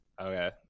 okay